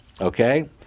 Okay